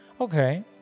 Okay